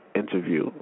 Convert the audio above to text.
interview